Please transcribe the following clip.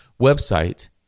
website